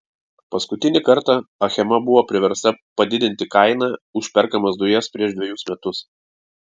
paskutinį kartą achema buvo priversta padidinti kainą už perkamas dujas prieš dvejus metus